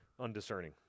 undiscerning